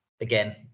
again